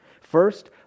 First